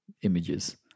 Images